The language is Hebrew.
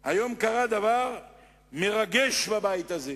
היום קרה דבר מרגש בבית הזה,